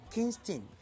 Kingston